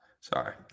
Sorry